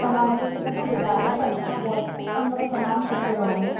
तव्हां भले हिकु दफ़ो ॿुधायो पर तव्हां व्हॉट्सप कंदव तमामु सुठो रहंदो